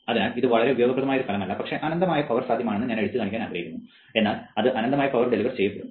അതിനാൽ ഇത് വളരെ ഉപയോഗപ്രദമായ ഒരു ഫലമല്ല പക്ഷേ അനന്തമായ പവർ സാധ്യമാണെന്ന് ഞാൻ എടുത്തുകാണിക്കാൻ ആഗ്രഹിച്ചു എന്നാൽ അത് അനന്തമായ പവർ ഡെലിവർ ചെയ്യപ്പെടും